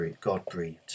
God-breathed